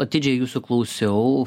atidžiai jūsų klausiau